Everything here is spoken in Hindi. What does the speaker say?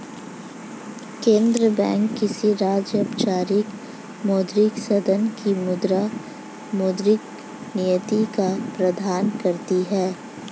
केंद्रीय बैंक किसी राज्य, औपचारिक मौद्रिक संघ की मुद्रा, मौद्रिक नीति का प्रबन्धन करती है